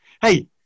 Hey